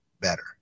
better